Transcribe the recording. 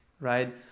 right